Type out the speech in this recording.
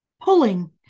pulling